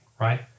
right